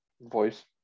voice